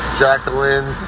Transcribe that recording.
jacqueline